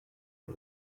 for